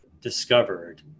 discovered